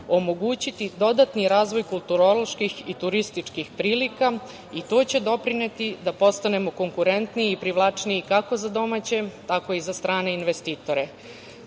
omogućiti dodatni razvoj kulturoloških i turističkih prilika i to će doprineti da postanemo konkurentniji i privlačniji kako za domaće, tako i za strane investitore. Sve